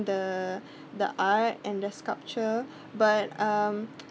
the the art and the sculpture but um